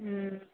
ம்